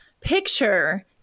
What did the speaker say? picture